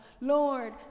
Lord